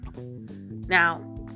Now